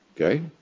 Okay